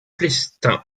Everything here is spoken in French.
plestin